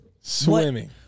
Swimming